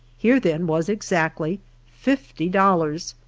here, then, was exactly fifty dollars,